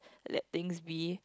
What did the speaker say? let things be